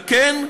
על כן,